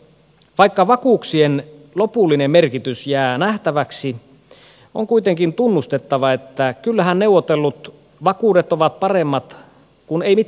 vaikka vakuuksien lopullinen merkitys jää nähtäväksi on kuitenkin tunnustettava että kyllähän neuvotellut vakuudet ovat paremmat kuin ei mitään vakuuksia